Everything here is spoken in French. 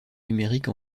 numériques